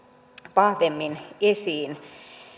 vahvemmin esiin